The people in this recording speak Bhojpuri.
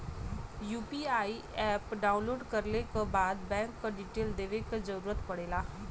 यू.पी.आई एप डाउनलोड कइले क बाद बैंक क डिटेल देवे क जरुरत पड़ेला